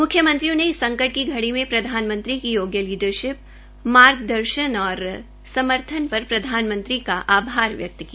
मुख्यमंत्रियों ने इस संकट की घड़ी में प्रधानमंत्री की योग्य लीडरशिप मार्गदर्शन और समर्थन पर प्रधानमंत्री का आभार व्यक्त किया